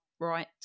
right